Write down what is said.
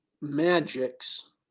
magics